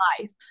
life